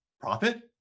profit